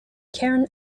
karen